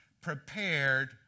prepared